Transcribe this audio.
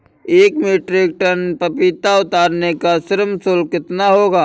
एक metric tonne पपीता उतारने का श्रम शुल्क कितना होगा?